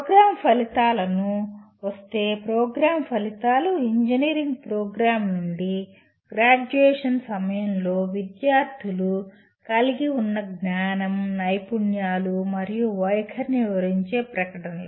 programme ఫలితాలకు వస్తే program ఫలితాలు ఇంజనీరింగ్ ప్రోగ్రామ్ నుండి గ్రాడ్యుయేషన్ సమయంలో విద్యార్థులు కలిగి ఉన్న జ్ఞానం నైపుణ్యాలు మరియు వైఖరిని వివరించే ప్రకటనలు